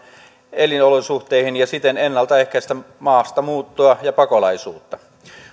elinolosuhteisiin ja siten ennalta ehkäistä maastamuuttoa ja pakolaisuutta